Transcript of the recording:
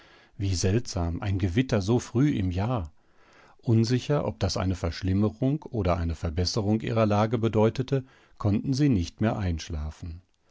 wie seltsam ein gewitter so früh im jahr unsicher ob das eine verschlimmerung oder eine verbesserung ihrer lage bedeute konnten sie nicht mehr einschlafen